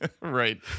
Right